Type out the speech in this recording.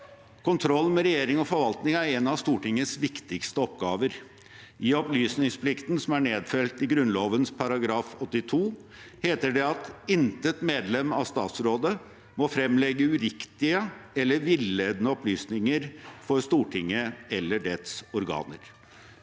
Kontroll med regjering og forvaltning er en av Stortingets viktigste oppgaver. I opplysningsplikten, som er nedfelt i Grunnloven § 82, heter det: «Intet medlem av Statsrådet må fremlegge uriktige eller villedende opplysninger for Stortinget eller dets organer».